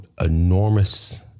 enormous